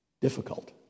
Difficult